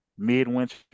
Midwinter